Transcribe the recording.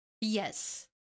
Yes